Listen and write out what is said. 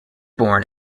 born